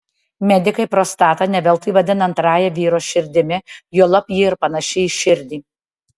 medikai prostatą ne veltui vadina antrąja vyro širdimi juolab ji ir panaši į širdį